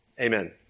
Amen